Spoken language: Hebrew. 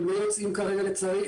הם לא יוצאים כרגע לצערי,